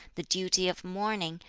the duty of mourning,